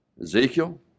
Ezekiel